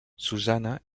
susanna